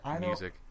music